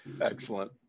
Excellent